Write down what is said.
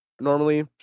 normally